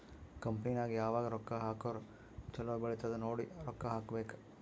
company ನಾಗ್ ಯಾವಾಗ್ ರೊಕ್ಕಾ ಹಾಕುರ್ ಛಲೋ ಬೆಳಿತ್ತುದ್ ನೋಡಿ ರೊಕ್ಕಾ ಹಾಕಬೇಕ್